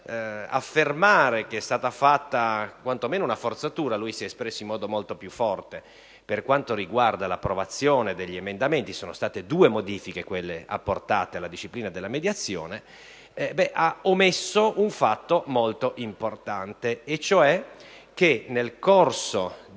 nell'affermare che è stata fatta quantomeno una forzatura (lui si è espresso in modo molto più forte) per quanto riguarda l'approvazione degli emendamenti (sono state due modifiche quelle apportate alla disciplina della mediazione), ha omesso un fatto molto importante, e cioè che nel corso della